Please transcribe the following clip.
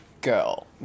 girl